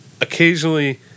occasionally